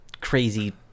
crazy